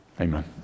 Amen